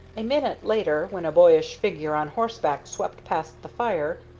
a minute later, when a boyish figure on horseback swept past the fire,